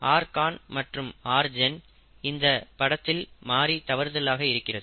rcon மற்றும் rgen இந்தப்படத்தில் மாரி தவறுதலாக இருக்கிறது